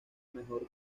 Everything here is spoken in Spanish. mejor